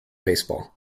baseball